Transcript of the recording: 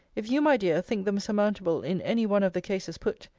if you, my dear, think them surmountable in any one of the cases put,